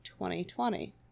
2020